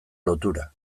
lotura